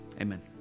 amen